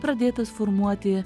pradėtas formuoti